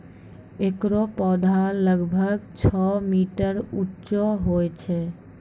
एकरो पौधा लगभग छो मीटर उच्चो होय छै